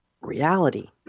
reality